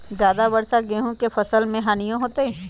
ज्यादा वर्षा गेंहू के फसल मे हानियों होतेई?